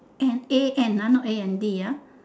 an A N ah not A N D ah